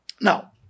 Now